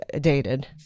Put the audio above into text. dated